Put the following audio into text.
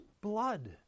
blood